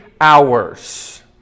hours